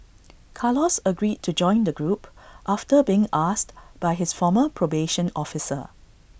Carlos agreed to join the group after being asked by his former probation officer